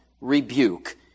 rebuke